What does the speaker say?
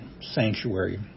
sanctuary